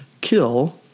kill